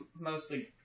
mostly